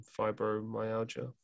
fibromyalgia